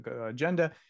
agenda